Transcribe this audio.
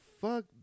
fuck